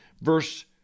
verse